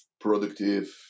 productive